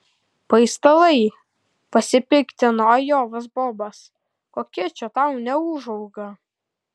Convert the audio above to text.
paistalai pasipiktino ajovos bobas kokia čia tau neūžauga